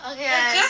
okay I